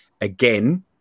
again